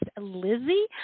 Lizzie